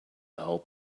help